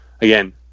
Again